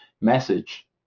message